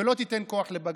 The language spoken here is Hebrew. ולא תיתן כוח לבג"ץ.